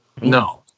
No